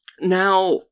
Now